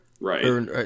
Right